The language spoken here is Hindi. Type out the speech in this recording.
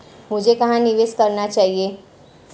मुझे कहां निवेश करना चाहिए?